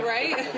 Right